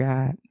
God